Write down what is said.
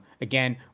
Again